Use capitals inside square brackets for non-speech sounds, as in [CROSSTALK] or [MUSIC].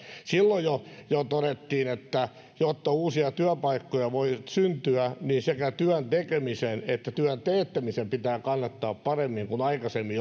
silloin jo jo todettiin että jotta uusia työpaikkoja voi syntyä niin sekä työn tekemisen että työn teettämisen pitää kannattaa paremmin kuin aikaisemmin [UNINTELLIGIBLE]